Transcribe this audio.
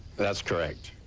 that's correct.